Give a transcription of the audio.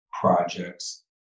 projects